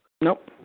Nope